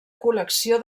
col·lecció